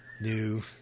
New